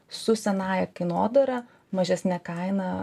su senąja kainodara mažesne kaina